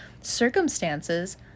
circumstances